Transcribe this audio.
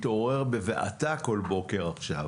מתעורר בבעתה בכל בוקר בתקופה האחרונה.